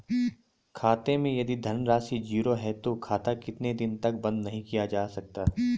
खाते मैं यदि धन राशि ज़ीरो है तो खाता कितने दिन तक बंद नहीं किया जा सकता?